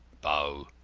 bow.